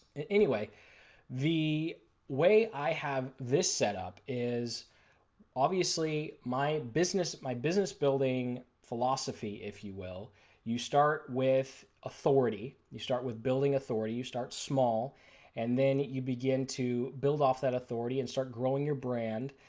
anyway the way i have this set up is obviously my business my business building philosophy if you will you start with authority, you start with building authority, you start small and then you begin to build off that authority and start growing your brand.